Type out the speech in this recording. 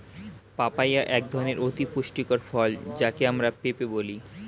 papaya এক ধরনের অতি পুষ্টিকর ফল যাকে আমরা পেঁপে বলি